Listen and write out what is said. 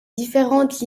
différentes